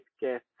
get